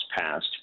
passed